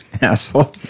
Asshole